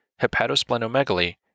hepatosplenomegaly